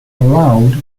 allowed